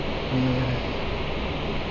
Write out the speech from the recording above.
हमरा कुंसम पता रहते की इ कृषि वाला लोन है?